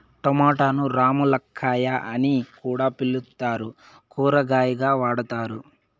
టమోటాను రామ్ములక్కాయ అని కూడా పిలుత్తారు, కూరగాయగా వాడతారు